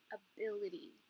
ability